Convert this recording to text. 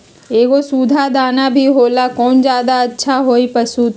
एगो सुधा दाना भी होला कौन ज्यादा अच्छा होई पशु ला?